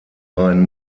rhein